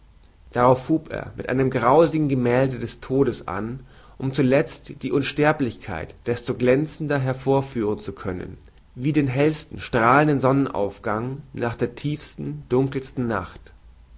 darauf hub er mit einem grausenden gemälde des todes an um zulezt die unsterblichkeit desto glänzender hervorführen zu können wie den hellen strahlenden sonnenaufgang nach der tiefsten dunkelsten nacht